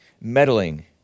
meddling